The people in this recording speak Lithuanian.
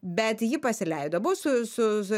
bet ji pasileido buvo su su